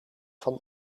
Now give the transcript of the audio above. van